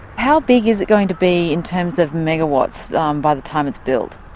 how big is it going to be in terms of megawatts by the time it's built?